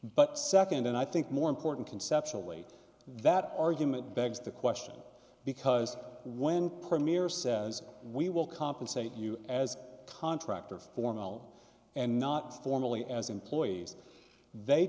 but second and i think more important conceptually that argument begs the question because when premier says we will compensate you as a contractor for mel and not formally as employees they